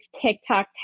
TikTok